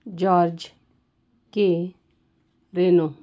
george K reno